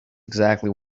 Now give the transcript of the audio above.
exactly